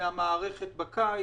מהמערכת בקיץ.